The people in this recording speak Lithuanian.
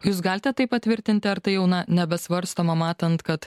jūs galite tai patvirtinti ar tai jau na nebesvarstoma matant kad